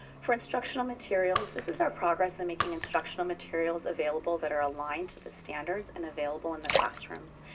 for instructional materials, this is our progress in making instructional materials available that are aligned to the standards and available in the classrooms.